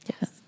Yes